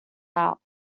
out